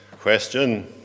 question